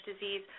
disease